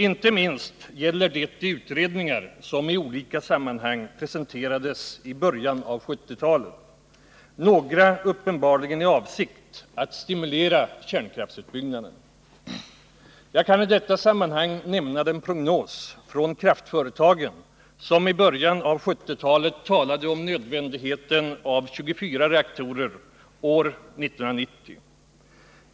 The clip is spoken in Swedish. Inte minst gäller det de utredningar som i olika sammanhang presenterades i början av 1970-talet, några uppenbarligen i avsikt att stimulera kärnkraftsutbyggnaden. Jag kan i detta sammanhang nämna den prognos från kraftföretagen som i början av 1970-talet talade om nödvändigheten av 24 reaktorer år 1990.